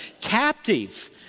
captive